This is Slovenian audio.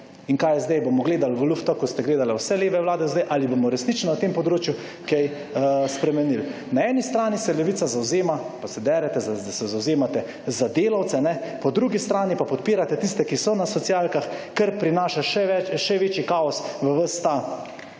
In kaj je sedaj? Bomo gledali v luft, tako kot ste gledale vse leve vlade sedaj? Ali bomo resnično na tem področju kaj spremenili? Na eni strani se Levica zavzema, pa se derete, da se zavzamete za delavce. Po drugi strani pa podpirate tiste, ki so na socialkah, kar prinaša še večji kaos v ves ta